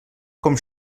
com